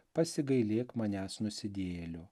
pasigailėk manęs nusidėjėlio